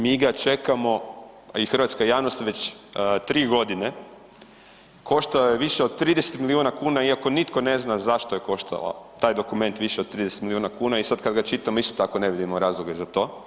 Mi ga čekamo, a i hrvatska javnost već 3.g., koštao je više od 30 milijuna kuna iako nitko ne zna zašto je koštao taj dokument više od 30 milijuna kuna i sad kad ga čitam isto tako ne vidimo razloge za to.